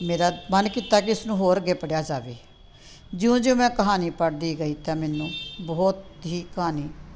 ਮੇਰਾ ਮਨ ਕੀਤਾ ਕਿ ਇਸਨੂੰ ਹੋਰ ਅੱਗੇ ਪੜ੍ਹਿਆ ਜਾਵੇ ਜਿਉਂ ਜਿਉਂ ਮੈਂ ਕਹਾਣੀ ਪੜ੍ਹਦੀ ਗਈ ਤਾਂ ਮੈਨੂੰ ਬਹੁਤ ਹੀ ਕਹਾਣੀ